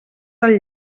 del